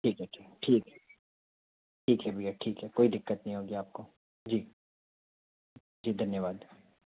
ठीक है ठीक है ठीक है भैया ठीक है कोई दिक़्क़त नहीं होगी आपको जी जी धन्यवाद